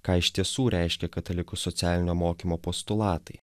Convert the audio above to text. ką iš tiesų reiškia katalikų socialinio mokymo postulatai